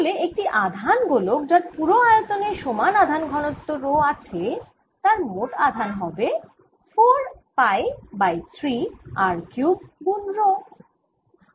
তাহলে একটি আধান গোলক যার পুরো আয়তনে সমান আধান ঘনত্ব রো আছে তার মোট আধান হবে 4 পাই বাই 3 R কিউব গুন 𝝆